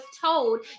told